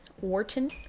Wharton